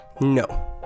no